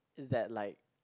that like